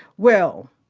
well,